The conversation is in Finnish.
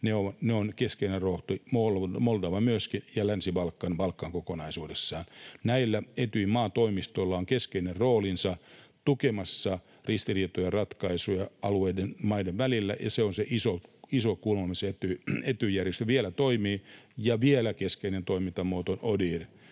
on keskeinen rooli, Moldovalla myöskin, Länsi-Balkanilla, Balkanilla kokonaisuudessaan. Näillä Etyjin maatoimistoilla on keskeinen roolinsa tukemassa ristiriitojen ratkaisuja alueiden maiden välillä, ja se on se iso kulma, missä Ety-järjestö vielä toimii. Ja vielä keskeinen toimintamuoto, ODIHR,